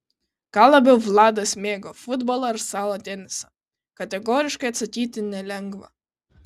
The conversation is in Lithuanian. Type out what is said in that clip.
ką labiau vladas mėgo futbolą ar stalo tenisą kategoriškai atsakyti nelengva